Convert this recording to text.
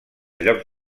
llocs